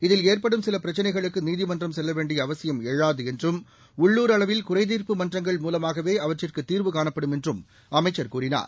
இதில் ஏற்படும் சில பிரச்சினைகளுக்கு நீதிமன்றம் செல்ல வேண்டிய அவசியம் எழாது என்றும் உள்ளூர் அளவில் குறைதீர்ப்பு மன்றங்கள் மூலமாகவே அவற்றுக்கு தீர்வு காணப்படும் என்றும் அமைச்சர் கூறினார்